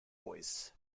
voice